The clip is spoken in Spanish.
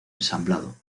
ensamblado